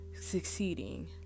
succeeding